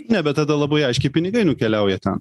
ne bet tada labai aiškiai pinigai nukeliauja ten